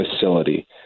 facility